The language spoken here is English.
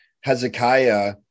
hezekiah